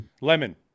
Lemon